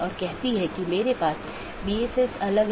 तो 16 बिट के साथ कई ऑटोनॉमस हो सकते हैं